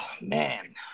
Man